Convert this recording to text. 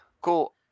Cool